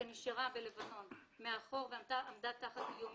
קשישים וילדים כאחד נאלצו ללמוד שפה זרה ללא סיוע